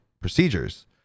procedures